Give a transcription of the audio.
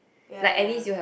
ya ya